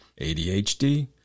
ADHD